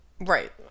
Right